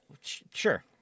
sure